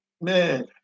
man